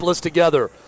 together